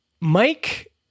Mike